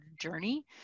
journey